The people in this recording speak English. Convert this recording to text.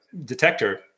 detector